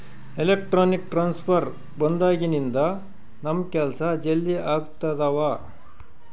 electronic transfer ಬಂದಾಗಿನಿಂದ ನಮ್ ಕೆಲ್ಸ ಜಲ್ದಿ ಆಗ್ತಿದವ